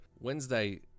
Wednesday